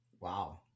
Wow